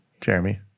Jeremy